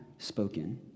spoken